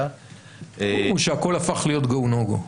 או שהכול הפך להיות go no go?